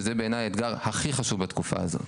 שזה בעיניי אתגר הכי חשוב בתקופה הזאת.